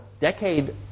decade